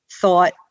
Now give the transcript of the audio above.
thought